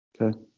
Okay